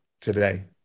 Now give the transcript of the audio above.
today